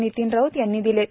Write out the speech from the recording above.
नितीन राऊत यांनी दिलेत